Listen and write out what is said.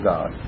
God